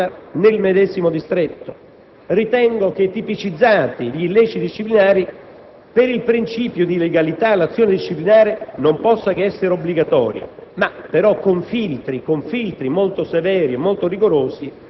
di specifica professionalità, vietando la permanenza nel medesimo distretto. Ritengo che, tipicizzati gli illeciti disciplinari, per il principio di legalità, l'azione disciplinare non possa che essere obbligatoria,